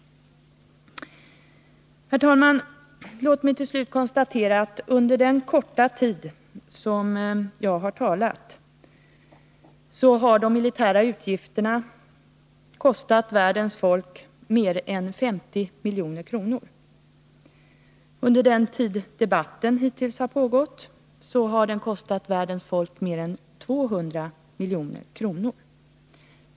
Herr talman! Låt mig till sist konstatera att under den korta tid som jag har talat har de militära utgifterna kostat världens folk mer än 50 milj.kr. Under den tid debatten hittills har pågått har de kostat världens folk mer än 200 milj.kr.